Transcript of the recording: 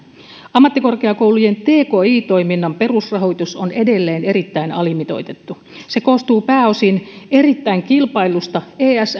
ammattikorkeakoulujen tki toiminnan perusrahoitus on edelleen erittäin alimitoitettu se koostuu pääosin erittäin kilpaillusta